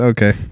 Okay